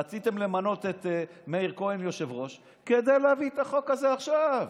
רציתם למנות את מאיר כהן כיושב-ראש כדי להביא את החוק הזה עכשיו.